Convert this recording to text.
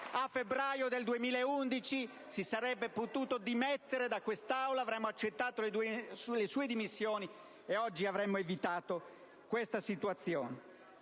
febbraio 2011 si sarebbe potuto dimettere in quest'Aula, noi avremmo accettato le sue dimissioni e oggi avremmo evitato questa situazione.